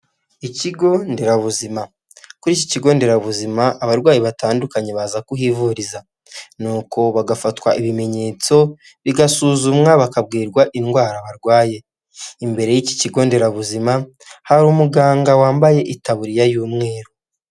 Ikigo nderabuzima, kuri iki kigo nderabuzima abarwayi batandukanye baza kuhivuriza; nuko bagafatwa ibimenyetso bigasuzumwa bakabwirwa indwara barwaye; imbere y'iki kigo nderabuzima hari umuganga wambaye itaburiya y'umweru.